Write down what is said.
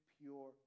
pure